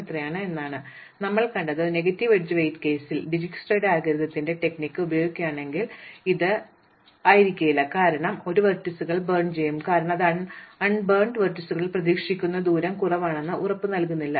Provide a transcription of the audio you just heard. അതിനാൽ നമ്മൾ കണ്ടത് നെഗറ്റീവ് എഡ്ജ് വെയ്റ്റ് കേസിൽ ഞങ്ങൾ ഡിജ്സ്ക്രയുടെ അൽഗോരിത്തിന്റെ തന്ത്രം ഉപയോഗിക്കുകയാണെങ്കിൽ ഇത് ഇതായിരിക്കില്ല കാരണം ഒരു വെർട്ടീസുകൾ ബേൺ ചെയ്യും കാരണം അത് അൺബർട്ട് വെർട്ടീസുകളിൽ പ്രതീക്ഷിക്കുന്ന ദൂരം കുറവാണെന്ന് ഉറപ്പുനൽകുന്നില്ല